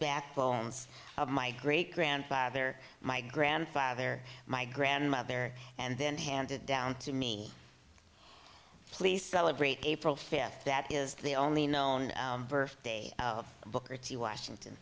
back bones of my great grandfather my grandfather my grandmother and then handed down to me please celebrate april fifth that is the only known birthday of booker t washington